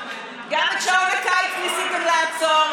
גם את שעון הקיץ ניסיתם לעצור,